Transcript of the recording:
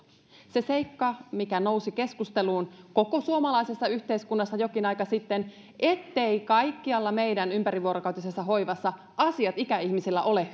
se seikka mikä nousi keskusteluun koko suomalaisessa yhteiskunnassa jokin aika sitten ettei kaikkialla meidän ympärivuorokautisessa hoivassa asiat ikäihmisillä ole